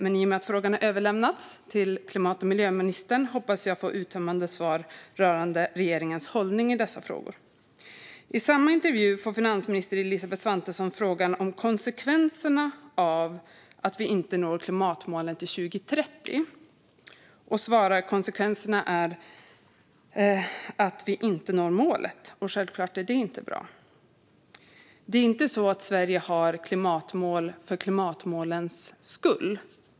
Men i och med att frågan har överlämnats till klimat och miljöministern hoppas jag att få uttömmande svar rörande regeringens hållning i dessa frågor. I samma intervju fick finansminister Elisabeth Svantesson frågan om konsekvenserna av att vi inte når klimatmålet till 2030. Hon svarar att konsekvenserna är att vi inte når målet, och självklart är det inte bra. Det är inte så att Sverige har klimatmål för klimatmålens skull.